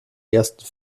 ersten